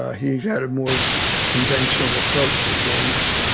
ah he had a more conventional approach to things.